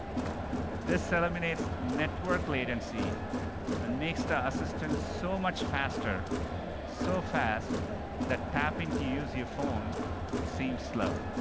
this eliminates network latency and makes the assistant so much faster so fast that tapping to use your phone would seem slow.